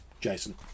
Jason